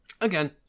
again